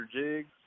Jigs